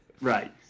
right